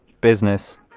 Business